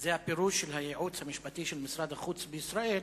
זה הפירוש של הייעוץ המשפטי של משרד החוץ בישראל,